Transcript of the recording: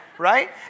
right